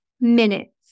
minutes